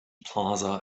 plaza